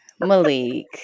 Malik